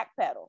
backpedal